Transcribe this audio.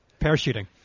parachuting